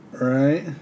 right